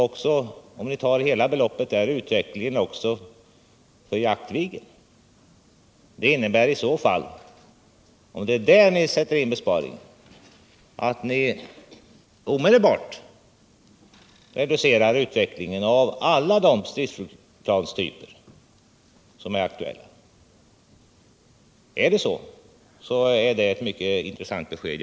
Om ni tar med hela beloppet som gäller också utvecklingen av Jaktviggen, innebär det — om det är där ni sätter besparingen — att ni omedelbart reducerar utvecklingen av alla de stridsplanstyper som är aktuella. Är det så har jag fått ett mycket intressant besked.